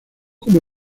como